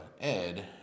Ed